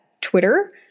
Twitter